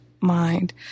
mind